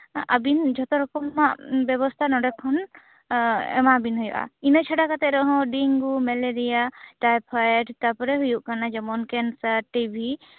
ᱟᱵᱤᱱ ᱡᱷᱚᱛᱚ ᱨᱚᱠᱚᱢᱟᱜ ᱵᱮᱵᱚᱥᱛᱷᱟ ᱱᱚᱸᱰᱮ ᱠᱷᱚᱱ ᱮᱸ ᱜ ᱮᱢᱟᱵᱤᱱ ᱦᱩᱭᱩᱜᱼᱟ ᱤᱱᱟᱹ ᱪᱷᱟᱰᱟ ᱠᱟᱛᱮ ᱨᱮᱦᱚᱸ ᱰᱮᱝᱜᱩ ᱢᱮᱞᱮᱨᱤᱭᱟ ᱴᱟᱭᱯᱷᱚᱭᱮᱰ ᱛᱟᱨᱯᱚᱨᱮ ᱦᱩᱭᱩᱜ ᱠᱟᱱᱟ ᱡᱮᱢᱚᱱ ᱠᱮᱱᱥᱟᱨ ᱴᱤ ᱵᱤ